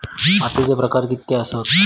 मातीचे प्रकार कितके आसत?